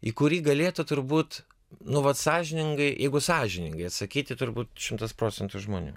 į kurį galėtų turbūt nu vat sąžiningai jeigu sąžiningai atsakyti turbūt šimtas procentų žmonių